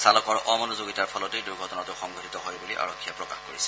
চালকৰ অমনোযোগিতাৰ ফলতেই দুৰ্ঘটনাটো সংঘটিত হয় বুলি আৰক্ষীয়ে প্ৰকাশ কৰিছে